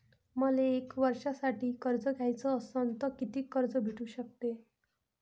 मले एक वर्षासाठी कर्ज घ्याचं असनं त कितीक कर्ज भेटू शकते?